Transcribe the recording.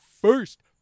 first